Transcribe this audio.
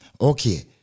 okay